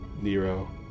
Nero